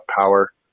power